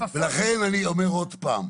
לכן אני אומר עוד פעם,